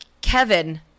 Kevin